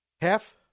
Half